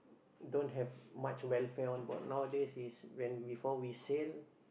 don't have much welfare on board nowadays is before we sail